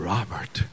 Robert